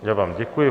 Já vám děkuji.